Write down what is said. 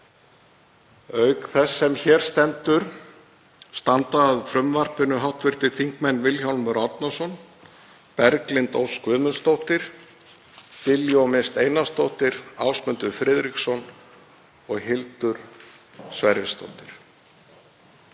Auk þess sem hér stendur standa að frumvarpinu hv. þingmenn Vilhjálmur Árnason, Berglind Ósk Guðmundsdóttir, Diljá Mist Einarsdóttir, Ásmundur Friðriksson og Hildur Sverrisdóttir.